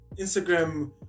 Instagram